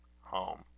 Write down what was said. home